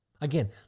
Again